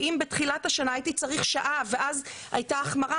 ואם בתחילת השנה הייתי צריך שעה ואז הייתה החמרה,